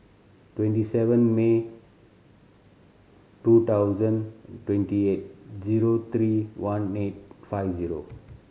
twenty seven May two thousand twenty eight zero three one eight five zero